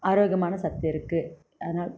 ஆரோக்கியமான சத்திருக்கு அதனால்